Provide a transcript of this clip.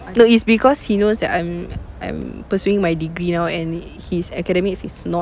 no it's because he knows that I'm I'm pursuing my degree now and his academics is not